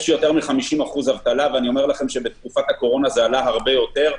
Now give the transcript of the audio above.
יש יותר מ-50% אבטלה ובתקופת הקורונה זה עלה הרבה יותר,